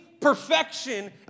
perfection